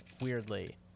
Weirdly